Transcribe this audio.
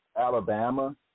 Alabama